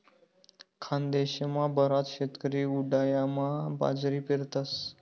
खानदेशमा बराच शेतकरी उंडायामा बाजरी पेरतस